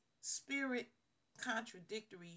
spirit-contradictory